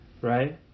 right